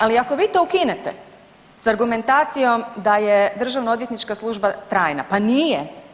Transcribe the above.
Ali ako vi to ukinete s argumentacija da je državno odvjetnička služba trajna, pa nije.